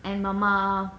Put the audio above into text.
and mama